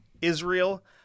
Israel